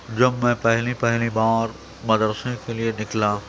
جب میں پہلی پہلی بار مدرسے کے لیے نکلا